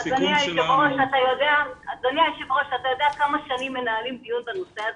אתה יודע כמה שנים מנהלים דיון בנושא הזה?